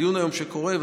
דיון שקורה היום,